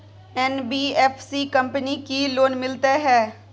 NBFC company की loan मिलते है?